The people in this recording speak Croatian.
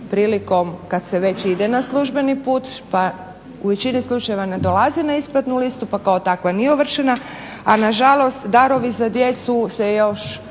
prilikom kad se već ide na službeni put pa u većini slučajeva ne dolazi na isplatnu listu pa kao takva nije ovršena, a nažalost darovi za djecu se još,